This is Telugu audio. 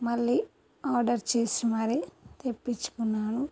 మళ్ళీ ఆర్డర్ చేసి మరి తెపించుకున్నాను